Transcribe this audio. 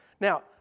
Now